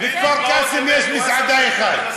בכפר-קאסם יש מסעדה אחת,